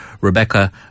rebecca